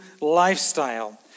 lifestyle